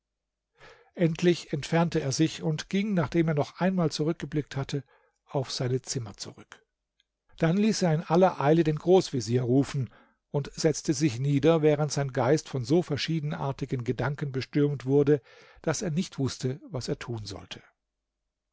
endlich entfernte er sich und ging nachdem er noch einmal zurückgeblickt hatte auf seine zimmer zurück dann ließ er in aller eile den großvezier rufen und setzte sich nieder während sein geist von so verschiedenartigen gedanken bestürmt wurde daß er nicht wußte was er tun sollte